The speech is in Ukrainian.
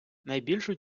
найбільшу